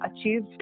achieved